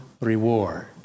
reward